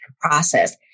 process